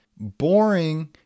boring